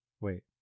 Wait